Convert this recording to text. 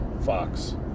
Fox